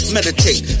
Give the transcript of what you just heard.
Meditate